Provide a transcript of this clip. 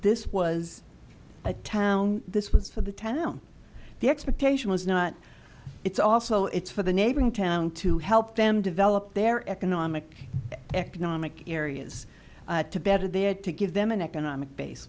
this was a town this was for the town the expectation was not it's also it's for the neighboring town to help them develop their economic economic areas to better their to give them an economic